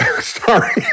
Sorry